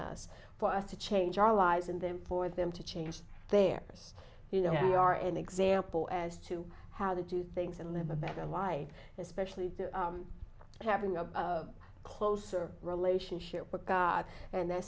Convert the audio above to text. us for us to change our lives and then for them to change their you know we are an example as to how to do things and live a better life especially having a closer relationship with god and th